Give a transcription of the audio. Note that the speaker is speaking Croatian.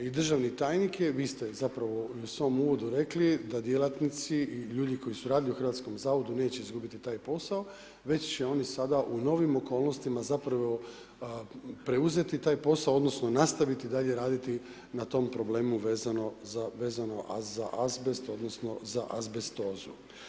I državni tajnik je, vi ste zapravo u svom uvodu rekli da djelatnici i ljudi koji su radili u Hrvatskom zavodu neće izgubiti taj posao, već će oni sada u novim okolnostima zapravo preuzeti taj posao odnosno nastaviti dalje raditi na tom problemu vezano za azbest odnosno za azbestozu.